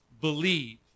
believe